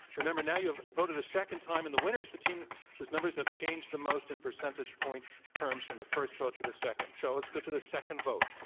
remember, now you have voted a second time, and the winner is the team whose numbers have changed the most in percentage point terms from the first vote to the second. so, let's go to the second vote.